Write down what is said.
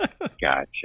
gotcha